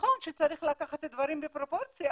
נכון שצריך לקחת דברים בפרופורציה,